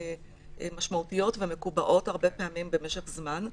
משמעותיות ומקובעות הרבה פעמים במשך זמן,